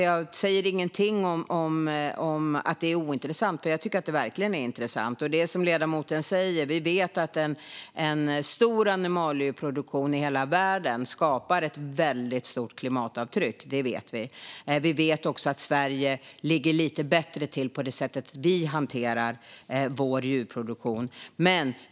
Jag säger ingenting om att detta skulle vara ointressant, för jag tycker verkligen att det är intressant. Det är som ledamoten säger: Vi vet att en stor animalieproduktion i hela världen skapar ett väldigt stort klimatavtryck. Vi vet också att Sverige ligger lite bättre till tack vare vårt sätt att hantera vår djurproduktion.